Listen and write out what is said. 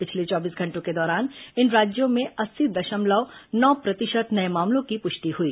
पिछले चौबीस घंटों के दौरान इन राज्यों में अस्सी दशमलव नौ प्रतिशत नये मामलों की पुष्टि हुई